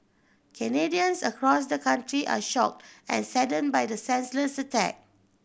Canadians across the country are shocked and saddened by the senseless attack